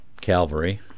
Calvary